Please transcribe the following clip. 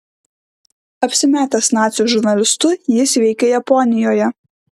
apsimetęs nacių žurnalistu jis veikė japonijoje